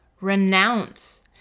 renounce